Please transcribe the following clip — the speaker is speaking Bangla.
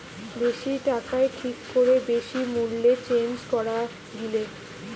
বেশি টাকায় ঠিক করে বেশি মূল্যে চেঞ্জ করা গিলে